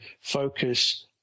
focus –